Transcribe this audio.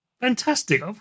Fantastic